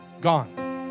gone